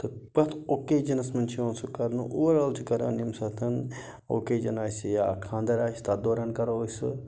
تہٕ پرٛٮ۪تھ اوکیجَنَس منٛز چھِ یِوان سُہ کَرنہٕ اوٚوَر آل چھِ کَران ییٚمہِ ساتہٕ اوکیجَن آسہِ یا خانٛدَر آسہِ تَتھ دورَن کَرو أسۍ سُہ